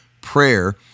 prayer